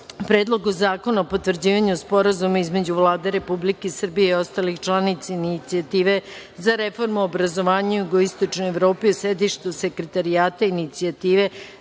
Predlogu zakona o potvrđivanju Sporazuma između Vlade Republike Srbije i ostalih članica Inicijative za reformu obrazovanja u Jugoističnoj Evropi o sedištu Sekretarijata Inicijative